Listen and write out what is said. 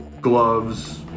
gloves